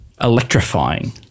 electrifying